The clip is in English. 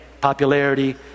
popularity